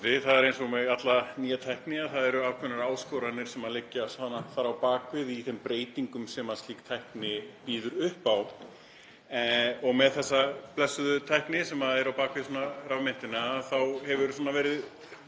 Það er eins og með alla nýja tækni að það eru ákveðnar áskoranir sem liggja þar á bak við í þeim breytingum sem slík tækni býður upp á. Með þessa blessuðu tækni sem er á bak við rafmyntina þá hefur verið